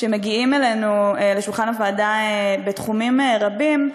שמגיעים אלינו לשולחן הוועדה בתחומים רבים,